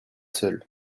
seuls